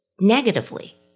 negatively